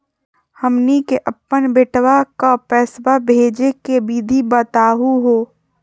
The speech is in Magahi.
हमनी के अपन बेटवा क पैसवा भेजै के विधि बताहु हो?